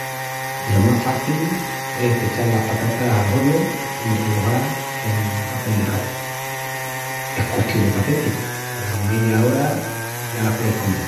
Lo más faci es d’echal las patatas al hornu enrebujás en papel de prata. Es custión de pacencia peru en meya ora ya las pueis comel.